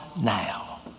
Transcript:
now